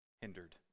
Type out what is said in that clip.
hindered